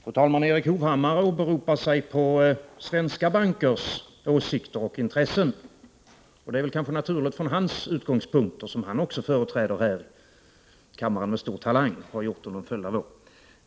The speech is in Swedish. Fru talman! Erik Hovhammar åberopar sig på svenska bankers åsikter och intressen. Det är kanske naturligt från hans utgångspunkter, som han företräder här i kammaren med stor talang — och det har han gjort under en följd av år.